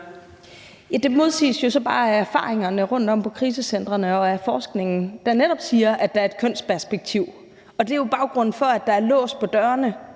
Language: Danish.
Det modsiges jo så bare af erfaringerne rundtom på krisecentrene og af forskningen, der netop siger, at der er et kønsperspektiv. Det er jo baggrunden for, at der er lås på dørene